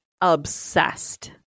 obsessed